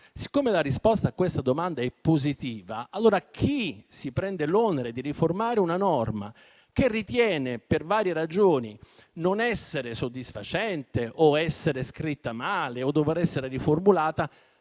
Siccome la risposta a questa domanda è positiva, allora chi si prende l'onere di riformare una norma che per varie ragioni ritiene non soddisfacente, scritta male o da riformulare